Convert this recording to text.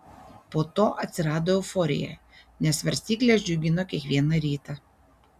po to atsirado euforija nes svarstyklės džiugino kiekvieną rytą